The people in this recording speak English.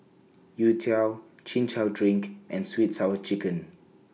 Youtiao Chin Chow Drink and Sweet Sour Chicken